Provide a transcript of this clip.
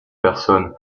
personne